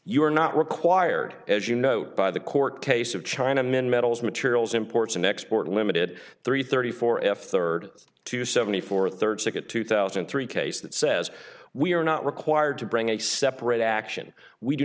you are not required as you know by the court case of chinamen metals materials imports and export ltd three thirty four f third to seventy four third circuit two thousand and three case that says we are not required to bring a separate action we do